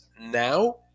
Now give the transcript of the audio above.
now